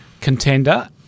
contender